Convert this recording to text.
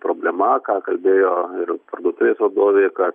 problema ką kalbėjo ir parduotuvės vadovė ką